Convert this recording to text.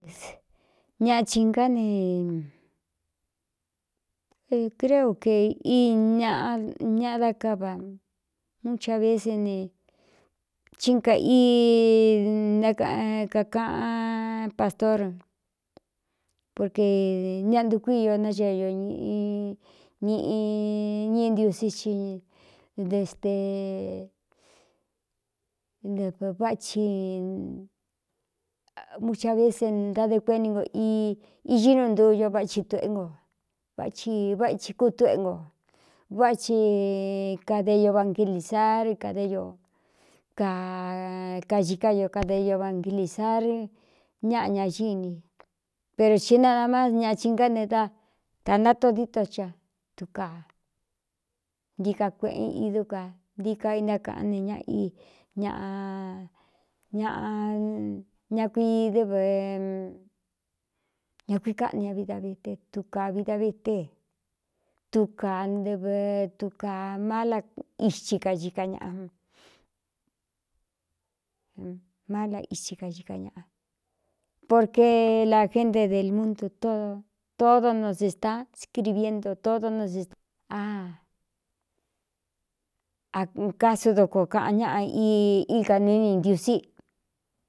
Naai ná necréu ke i ñaꞌa ñaꞌa dá kava mucha vese nechín ka i nákakaꞌan pastór porqe ñaꞌa ntuku io náxeeño ñꞌi ñiꞌi ntiusí ine ste nɨv váꞌci mucha vese ntade kueni nko i iginu ntu ño váchi tuꞌé nko váthi váthi kútúꞌe nkō vááchi kadeyo banqilīsar kadéño akaxi ká ño kadeyo banqilīsar ñaꞌa ñaxíni pero cí nada máás ñaꞌa chī ngá ne dátā ntátó díto cɨa tukaa ntika kueꞌen idú ka ntií ka intákaꞌán ne ña í ññaꞌ ña kui dɨv ña kuii káꞌni ña vidavete tuka vidavete tukā ntɨvɨ tuka mála ithi kai ka ñaꞌa málaithi kai ka ñaꞌa porque lāgente de lmuntu todo no sē staa skrivie nto todo no aa acásu dokoo kaꞌan ñáꞌa íkanu í ni ndiusi.